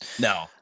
No